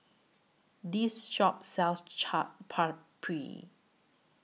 This Shop sells Chaat Papri